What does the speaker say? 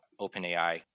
OpenAI